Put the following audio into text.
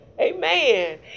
Amen